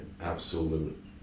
absolute